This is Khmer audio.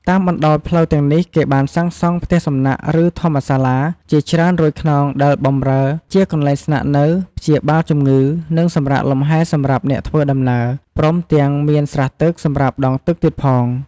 តាមបណ្ដោយផ្លូវទាំងនេះ គេបានសាងសង់ "ផ្ទះសំណាក់" ឬ "ធម្មសាលា"ជាច្រើនរយខ្នង ដែលបម្រើជាកន្លែងស្នាក់នៅ ព្យាបាលជំងឺ និងសំរាកលំហែសម្រាប់អ្នកធ្វើដំណើរ ព្រមទាំងមាន ស្រះទឹក សម្រាប់ដងទឹកទៀតផង។